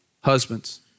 Husbands